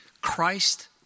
Christ